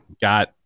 got